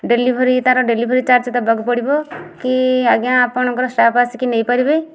delivery ତା'ର delivery charge ଦେବାକୁ ପଡ଼ିବ କି ଆଜ୍ଞା ଆପଣଙ୍କର ଷ୍ଟାଫ୍ ଆସିକି ନେଇପାରିବେ